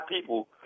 people